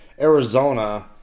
Arizona